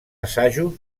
assajos